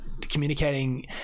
communicating